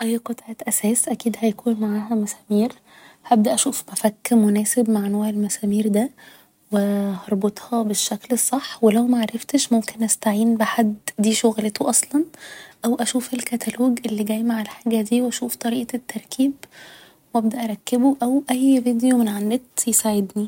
اي قطعة أساس أكيد هيكون معاها مسامير هبدأ أشوف مفك مناسب مع نوع المسامير ده و هربطها بالشكل الصح و لو معرفتش ممكن أستعين بحد دي شغلته أصلا او أشوف الكتالوج اللي جاي مع الحاجة دي و أشوف طريقة التركيب و ابدأ اركبه او اي ڤيديو من على النت يساعدني